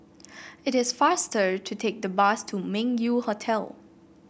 it is faster to take the bus to Meng Yew Hotel